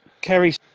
Kerry